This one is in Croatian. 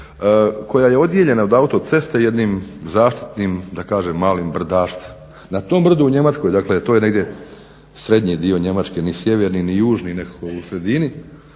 koja je odijeljena od autoceste jednim zaštitnim da kažem malim brdašcem. Na tom brdu u Njemačkoj, dakle to je negdje srednji dio Njemačke, ni sjeverni ni južni nekako u sredini